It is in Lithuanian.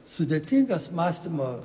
sudėtingas mąstymo